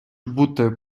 бути